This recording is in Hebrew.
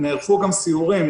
נערכו גם סיורים,